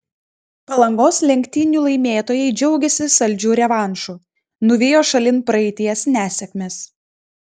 palangos lenktynių laimėtojai džiaugiasi saldžiu revanšu nuvijo šalin praeities nesėkmes